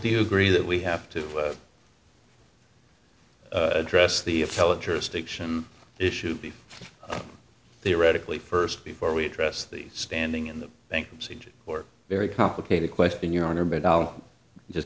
do you agree that we have to address the a fellow jurisdiction issue be theoretically first before we address the standing in the bankruptcy judge or very complicated question your honor but i'll just